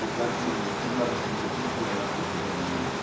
like that's one another thing we can clear up as we go along,